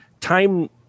time